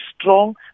strong